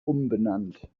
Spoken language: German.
umbenannt